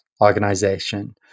organization